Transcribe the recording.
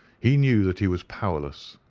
he knew that he was powerless.